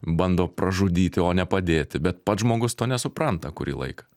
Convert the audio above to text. bando pražudyti o ne padėti bet pats žmogus to nesupranta kurį laiką